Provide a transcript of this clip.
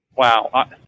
Wow